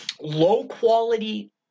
low-quality